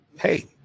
hey